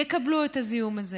יקבלו את הזיהום הזה.